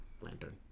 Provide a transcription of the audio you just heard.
lantern